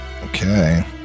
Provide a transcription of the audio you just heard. okay